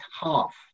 half